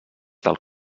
del